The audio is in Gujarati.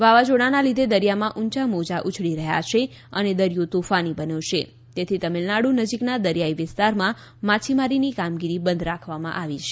વાવાઝોડાના લીધે દરિયામાં ઉંચા મોજા ઉછળી રહ્યા છે અને દરિયો તોફાની બન્યો છે તેથી તમિલનાડુ નજીકના દરિયાઈ વિસ્તારમાં માછીમારીની કામગીરી બંધ રાખવામાં આવી છે